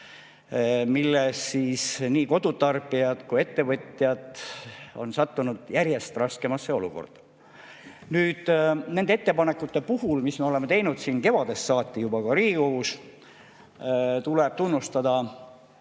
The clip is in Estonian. tõttu on nii kodutarbijad kui ka ettevõtjad sattunud järjest raskemasse olukorda. Nende ettepanekute puhul, mis me oleme teinud kevadest saati juba ka Riigikogus, tuleb tunnustada